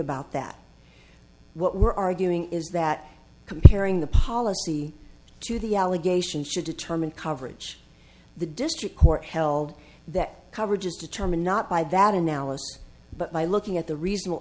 about that what we're arguing is that comparing the policy to the allegation should determine coverage the district court held that coverage is determined not by that analysis but by looking at the reasona